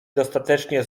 dostatecznie